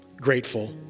grateful